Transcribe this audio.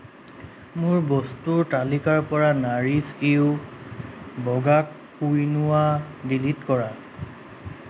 মোৰ বস্তুৰ তালিকাৰ পৰা নাৰিছ য়ু বগা কুইনোৱা ডিলিট কৰা